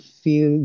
feel